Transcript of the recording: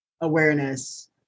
awareness